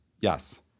Yes